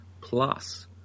plus